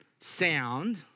sound